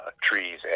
trees